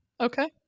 Okay